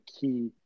key